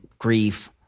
grief